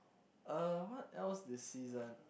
uh what else this season